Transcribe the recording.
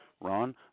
Ron